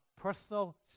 personal